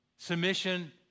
Submission